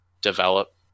develop